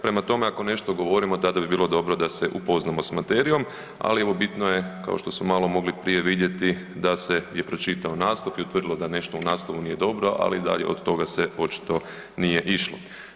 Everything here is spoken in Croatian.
Prema tome, ako nešto govorimo, tada bi bilo dobro da se upoznamo s materijom, ali evo bitno je kao što smo maloprije vidjeli da se je pročitao naslov i utvrdilo da nešto u naslovu nije dobro ali dalje od toga se očito nije išlo.